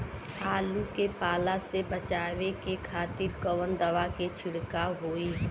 आलू के पाला से बचावे के खातिर कवन दवा के छिड़काव होई?